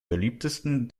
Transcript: beliebtesten